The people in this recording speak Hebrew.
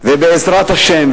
ובעזרת השם,